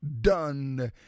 done